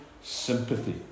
sympathy